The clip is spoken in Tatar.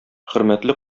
хөрмәтле